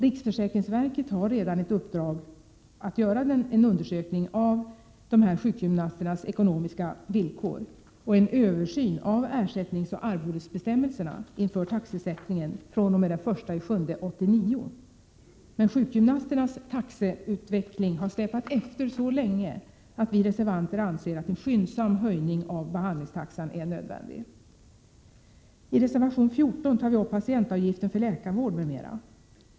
Riksförsäkringsverket har redan ett uppdrag att göra en undersökning av de här sjukgymnasternas ekonomiska villkor och en översyn av ersättningsoch arvodesbestämmelserna inför taxesättningen fr.o.m. den 1 juli 1989. Men sjukgymnasternas taxeutveckling har släpat efter så länge att vi reservanter anser att en skyndsam höjning av behandlingstaxan är nödvändig. I reservation 14 tar vi upp patientavgiften för läkarvård m.m.